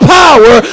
power